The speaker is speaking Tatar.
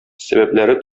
сәбәпләре